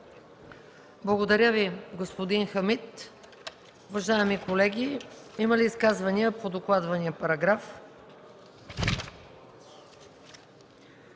Благодаря Ви, господин Хамид. Колеги, има ли изказвания по докладвания параграф